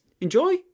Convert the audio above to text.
enjoy